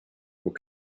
what